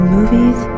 Movies